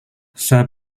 saya